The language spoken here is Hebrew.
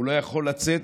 הוא לא יכול לצאת,